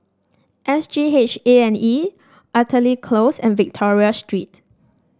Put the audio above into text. S G H A and E Artillery Close and Victoria Street